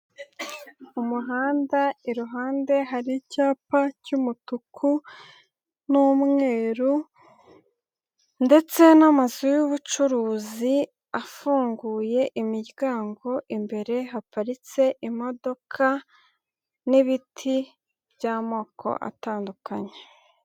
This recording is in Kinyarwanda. Umuhanda iruhande hari icyapa cy'umutuku n'umweru ndetse n'amazu y'ubucuruzi afunguye imiryango, imbere haparitse imodoka n'ibiti by'amoko atandukanye.